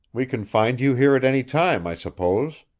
we can find you here at any time, i suppose.